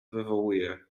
wywołuje